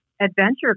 adventure